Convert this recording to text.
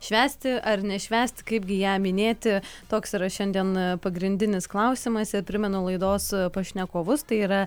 švęsti ar nešvęsti kaipgi ją minėti toks yra šiandien pagrindinis klausimas ir primenu laidos pašnekovus tai yra